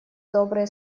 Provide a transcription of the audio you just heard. добрые